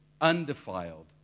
undefiled